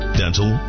dental